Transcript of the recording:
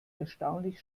erstaunlich